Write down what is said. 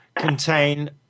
contain